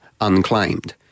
unclaimed